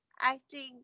Acting